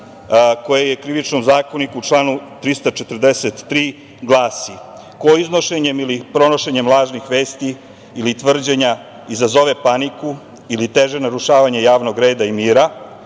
koje u Krivičnom zakoniku u članu 343. glasi – ko iznošenjem ili pronošenjem lažnih vesti ili tvrđenja izazove paniku ili teže narušavanje javnog reda i mira